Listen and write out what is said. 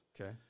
Okay